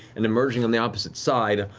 and emerging on the opposite side,